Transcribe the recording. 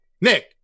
Nick